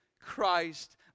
Christ